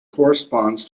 corresponds